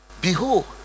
behold